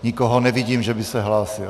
Nikoho nevidím, že by se hlásil.